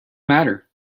matter